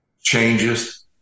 changes